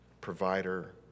provider